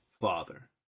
Father